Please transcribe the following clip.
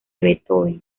beethoven